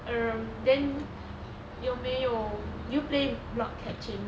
um then 有没有 did you play block catching